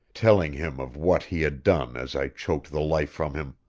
telling him of what he had done as i choked the life from him